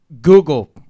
Google